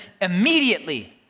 Immediately